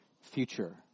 future